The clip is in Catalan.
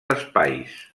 espais